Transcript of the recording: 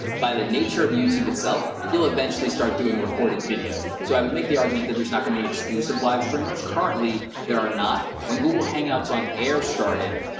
by the nature of youtube itself, you'll eventually start doing recorded video. so i would make the argument that there's not gonna be any exclusive live streamers. currently, there are not. when google hangouts on air started,